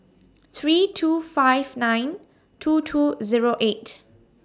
three two five nine two two Zero eight